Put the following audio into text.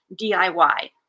DIY